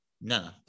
No